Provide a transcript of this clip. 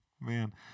man